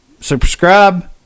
Subscribe